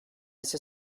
ise